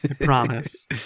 promise